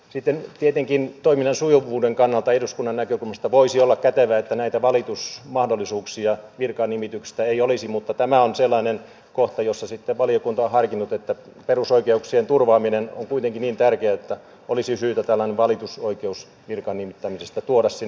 sitten tietenkin toiminnan sujuvuuden kannalta eduskunnan näkökulmasta voisi olla kätevää että näitä valitusmahdollisuuksia virkanimityksistä ei olisi mutta tämä on sellainen kohta jossa sitten valiokunta on harkinnut että perusoikeuksien turvaaminen on kuitenkin niin tärkeää että olisi syytä tällainen valitusoikeus virkaan nimittämisestä tuoda sinne